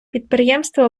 підприємства